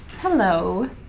Hello